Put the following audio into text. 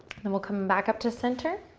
then we'll come back up to center.